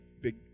big